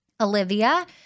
Olivia